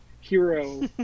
hero